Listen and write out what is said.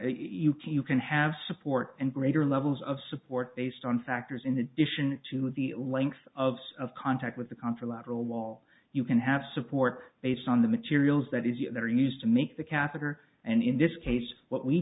can you can have support and greater levels of support based on factors in addition to the length of of contact with the contra lateral wall you can have support based on the materials that is there used to make the catheter and in this case what we